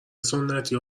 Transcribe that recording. سنتی